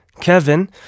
Kevin